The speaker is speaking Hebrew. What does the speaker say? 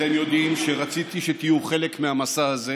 אתם יודעים שרציתי שאתם תהיו חלק מהמסע הזה